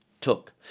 took